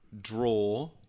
Draw